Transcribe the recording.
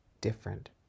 different